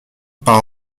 par